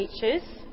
teachers